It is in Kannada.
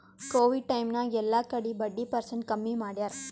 ಕೋವಿಡ್ ಟೈಮ್ ನಾಗ್ ಎಲ್ಲಾ ಕಡಿ ಬಡ್ಡಿ ಪರ್ಸೆಂಟ್ ಕಮ್ಮಿ ಮಾಡ್ಯಾರ್